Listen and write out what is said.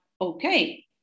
okay